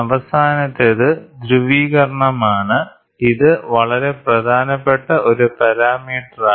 അവസാനത്തേത് ധ്രുവീകരണമാണ് ഇത് വളരെ പ്രധാനപ്പെട്ട ഒരു പാരാമീറ്ററാണ്